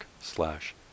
slash